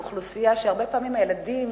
עם אוכלוסייה שבה הרבה פעמים הילדים,